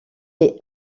est